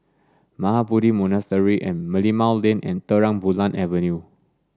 Mahabodhi Monastery and Merlimau Lane and Terang Bulan Avenue